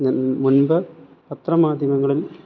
മുൻ മുൻപ് പത്ര മാധ്യമങ്ങളിൽ